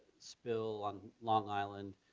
spill on long island,